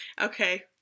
okay